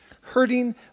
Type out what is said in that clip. hurting